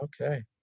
Okay